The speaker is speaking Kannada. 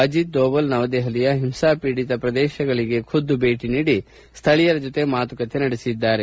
ಅಜಿತ್ ದೋವಲ್ ನವದೆಹಲಿಯ ಹಿಂಸಾಪೀದಿತ ಪ್ರದೇಶಗಳಿಗೆ ಖುದ್ದು ಭೇಟಿ ನೀಡಿ ಸ್ಥಳೀಯರ ಜತೆ ಮಾತುಕತೆ ನಡೆಸಿದ್ದಾರೆ